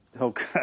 Okay